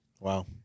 Wow